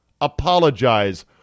apologize